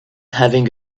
having